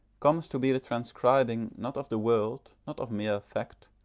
comes to be the transcribing, not of the world, not of mere fact,